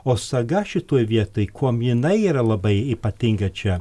o saga šitoj vietoj kuom jinai yra labai ypatinga čia